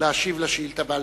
להשיב על שאילתא בעל-פה.